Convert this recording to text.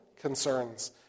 concerns